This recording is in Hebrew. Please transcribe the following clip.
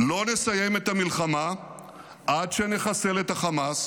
לא נסיים את המלחמה עד שנחסל את החמאס